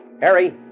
Harry